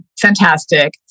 fantastic